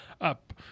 up